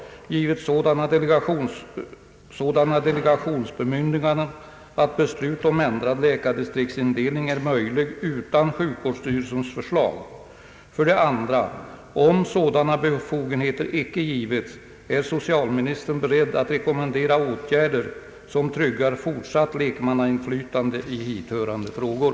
Har Kungl. Maj:t med stöd av sjukvårdslagens 36 § givit sådana delegationsbemyndiganden att beslut om ändrad läkardistriktsindelning är möjlig utan sjukvårdsstyrelses förslag? 2. Om sådana befogenheter inte givits, är socialministern beredd att rekommendera åtgärder som tryggar fortsatt lekmannainflytande i hithörande frågor?